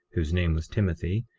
whose name was timothy,